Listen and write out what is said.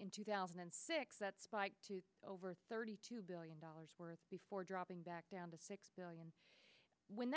in two thousand and six that's over thirty two billion dollars worth before dropping back down to six billion when